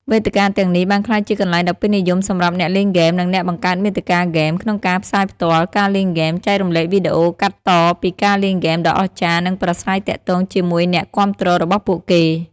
វេទិកាទាំងនេះបានក្លាយជាកន្លែងដ៏ពេញនិយមសម្រាប់អ្នកលេងហ្គេម និងអ្នកបង្កើតមាតិកាហ្គេម ក្នុងការផ្សាយផ្ទាល់ ការលេងហ្គេម ចែករំលែកវីដេអូកាត់តពីការលេងហ្គេមដ៏អស្ចារ្យ និងប្រាស្រ័យទាក់ទងជាមួយអ្នកគាំទ្ររបស់ពួកគេ។